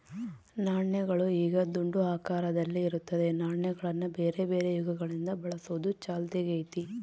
ನಾಣ್ಯಗಳು ಈಗ ದುಂಡು ಆಕಾರದಲ್ಲಿ ಇರುತ್ತದೆ, ನಾಣ್ಯಗಳನ್ನ ಬೇರೆಬೇರೆ ಯುಗಗಳಿಂದ ಬಳಸುವುದು ಚಾಲ್ತಿಗೈತೆ